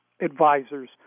advisors